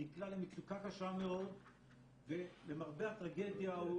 נקלע למצוקה קשה מאוד ולמרבה הטרגדיה הוא